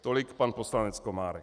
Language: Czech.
Tolik pan poslanec Komárek.